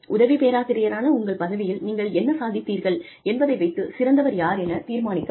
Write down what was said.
உதவி பேராசிரியரான உங்கள் பதவியில் நீங்கள் என்ன சாதித்தீர்கள் என்பதை வைத்துச் சிறந்தவர் யாரெனத் தீர்மானிக்கப்படும்